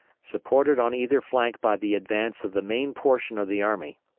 supported on either flank by the advance of the main portion of the army.